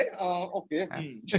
okay